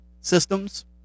systems